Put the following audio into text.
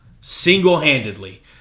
Single-handedly